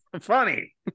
Funny